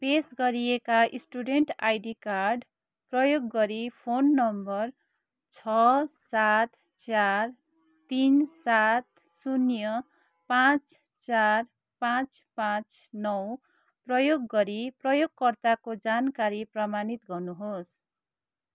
पेस गरिएका student ID card प्रयोग गरी फोन नम्बर छ सात चार तिन सात शून्य पाँच चार पाँच पाँच नौ प्रयोग गरी प्रयोगकर्ताको जानकारी प्रमाणित गर्नुहोस्